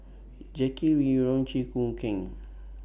Jackie Yi Ru Chew Choo Keng